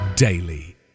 Daily